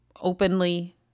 openly